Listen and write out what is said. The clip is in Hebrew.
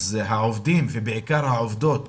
העובדים ובעיקר העובדות